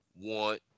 Want